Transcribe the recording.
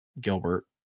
Gilbert